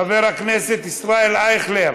חבר הכנסת ישראל אייכלר,